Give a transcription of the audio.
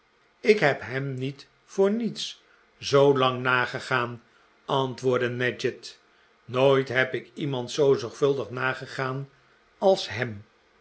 ik heb hem niet voor niets zoolang nagegaan antwoordde nadgett nooit heb ik iemand zoo zorgvuldig nagegaan als hem